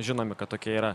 žinomi kad tokie yra